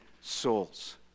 souls